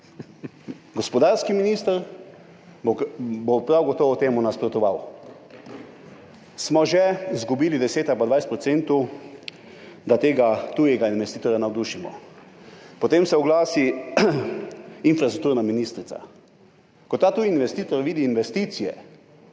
Gospodarski minister bo prav gotovo temu nasprotoval. Smo že izgubili 10 ali pa 20 % [možnosti], da tega tujega investitorja navdušimo. Potem se oglasi infrastrukturna ministrica. Ko ta tuji investitor vidi investicije